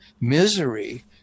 misery